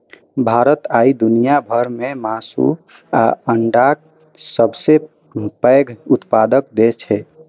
भारत आइ दुनिया भर मे मासु आ अंडाक सबसं पैघ उत्पादक देश छै